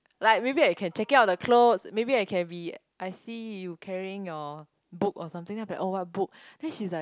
like maybe I can checking out the clothes maybe I can be I see you carrying your book or something then I'll be like oh what book then she's like